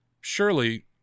Surely